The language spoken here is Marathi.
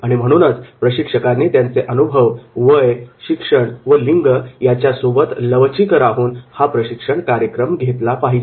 आणि म्हणूनच प्रशिक्षकाने त्यांचे अनुभव वय शिक्षण व लिंग यासोबत लवचिक राहून हा प्रशिक्षण कार्यक्रम घेतला पाहिजे